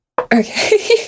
Okay